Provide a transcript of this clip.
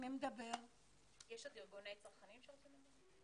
הכול מתנקז אליכם.